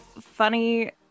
funny